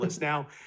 now